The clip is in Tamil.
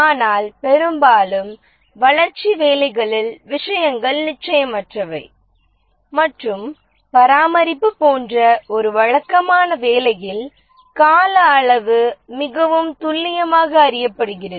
ஆனால் பெரும்பாலும் வளர்ச்சி வேலைகளில் விஷயங்கள் நிச்சயமற்றவை மற்றும் பராமரிப்பு போன்ற ஒரு வழக்கமான வேலையில் கால அளவு மிகவும் துல்லியமாக அறியப்படுகிறது